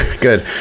Good